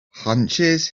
hunches